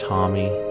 Tommy